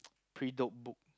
pre dope book